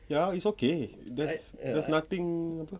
ya he's okay there's there's nothing apa